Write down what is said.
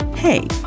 Hey